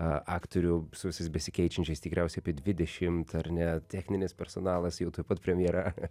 aktorių su visais besikeičiančiais tikriausiai apie dvidešimt ar ne techninis personalas jau tuoj pat premjera